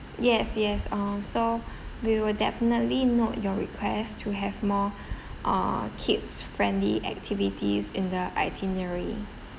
yes yes um so we will definitely note your request to have more uh kids-friendly activities in the itinerary